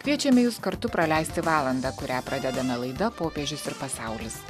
kviečiame jus kartu praleisti valandą kurią pradedame laida popiežius ir pasaulis